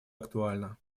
актуальна